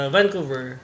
Vancouver